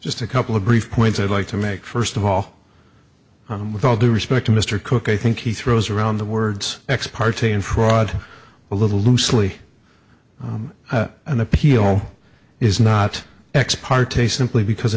just a couple of brief points i'd like to make first of all i'm with all due respect to mr cook i think he throws around the words ex parte and fraud a little loosely an appeal is not ex parte simply because